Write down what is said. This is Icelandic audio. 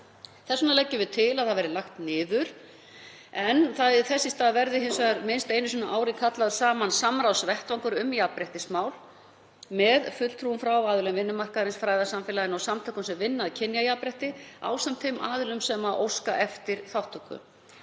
Þess vegna leggjum við til að ráðið verði lagt niður en þess í stað verði minnst einu sinni á ári kallaður saman samráðsvettvangur um jafnréttismál með fulltrúum frá aðilum vinnumarkaðarins, fræðasamfélaginu og samtökum sem vinna að kynjajafnrétti ásamt þeim aðilum sem óska eftir þátttöku.